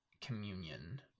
communion